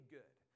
good